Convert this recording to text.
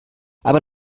aber